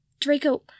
Draco